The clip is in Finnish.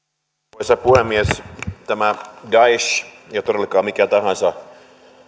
arvoisa puhemies tämä daesh ei ole todellakaan mikä tahansa